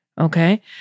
okay